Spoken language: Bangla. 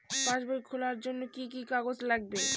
পাসবই খোলার জন্য কি কি কাগজ লাগবে?